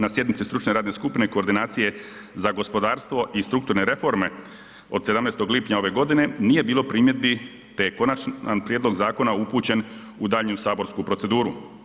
Na sjednici stručne radne skupine koordinacije za gospodarstvo i strukturne reforme od 17. lipnja ove godine nije bilo primjedbi te je konačni prijedlog zakona upućen u daljnju saborsku proceduru.